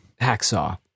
Hacksaw